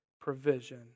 provision